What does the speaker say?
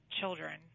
children